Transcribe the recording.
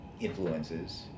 influences